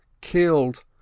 killed